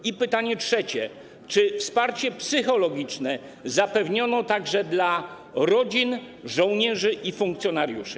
I pytanie trzecie: Czy wsparcie psychologiczne zapewniono także rodzinom żołnierzy i funkcjonariuszy?